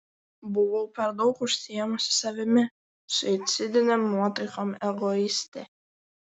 buvau per daug užsiėmusi savimi suicidinėm nuotaikom egoistė